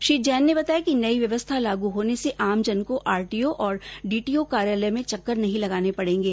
श्री जैन ने बताया कि नई व्यवस्था लागू होने से आमजन को आरटीओ और डीटीओ कार्यालय में चक्कर नहीं लगाने पडेंगे